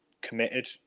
committed